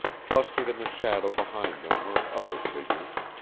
clustered in the shadow behind them were other figures.